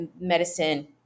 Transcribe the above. medicine